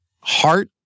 heart